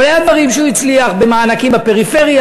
אבל היו דברים שהוא הצליח בהם: במענקים בפריפריה,